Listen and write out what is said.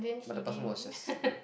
but the person was just